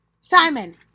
Simon